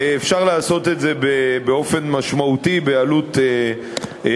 אפשר לעשות את זה באופן משמעותי בעלות פחותה,